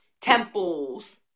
temples